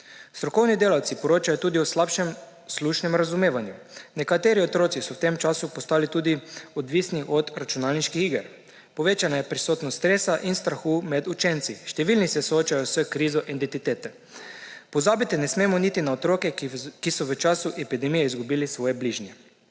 Strokovni delavci poročajo tudi o slabšem slušnem razumevanju. Nekateri otroci so v tem času postali tudi odvisni od računalniških iger. Povečana je prisotnost stresa in strahu med učenci. Številni se soočajo s krizo identitete. Pozabiti ne smemo niti na otroke, ki so v času epidemije izgubili svoje bližnje.